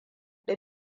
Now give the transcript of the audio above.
ɗin